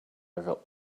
over